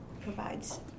provides